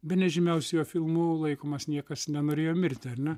bene žymiausiu jo filmu laikomas niekas nenorėjo mirti ar ne